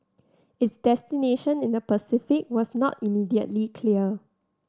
its destination in the Pacific was not immediately clear